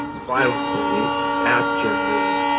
violently at jim reeb.